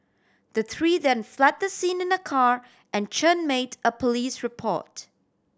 the three then fled the scene in a car and Chen made a police report